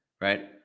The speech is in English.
right